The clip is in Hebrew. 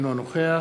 אינו נוכח